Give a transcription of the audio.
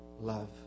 love